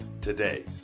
today